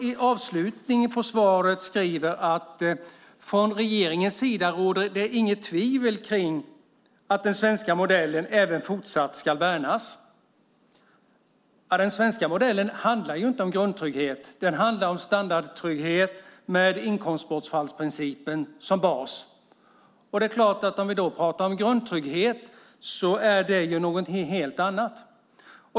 I slutet av svaret skriver man: "Från regeringens sida råder det inga tvivel kring att den svenska modellen även fortsatt ska värnas." Den svenska modellen handlar inte om grundtrygghet. Den handlar om standardtrygghet med inkomstbortfallsprincipen som bas. Om vi då pratar om grundtrygghet är det något helt annat.